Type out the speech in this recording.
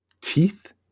teeth